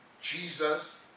Jesus